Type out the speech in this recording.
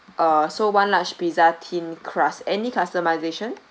uh so one large pizza thin crust any customization